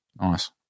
Nice